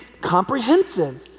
comprehensive